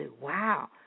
Wow